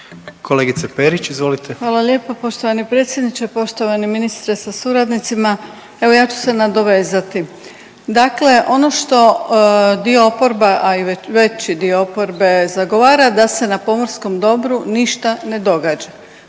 **Perić, Grozdana (HDZ)** Hvala lijepo poštovani predsjedniče, poštovani ministre sa suradnicima. Evo ja ću se nadovezati, dakle ono što dio oporba, a i veći dio oporbe zagovara da se na pomorskom dobru ništa ne događa,